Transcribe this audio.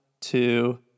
two